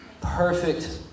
perfect